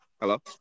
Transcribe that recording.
Hello